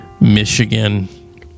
Michigan